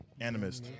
Animist